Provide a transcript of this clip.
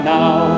now